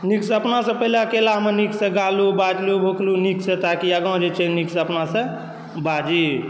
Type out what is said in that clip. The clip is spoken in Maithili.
नीकसँ अपनासँ पहीले अकेलामे नीकसँ गालहुँ बाजलहुँ भूकलहुँ नीकसँ ताकि आगाँ जे छै नीकसँ अपनासँ बाजी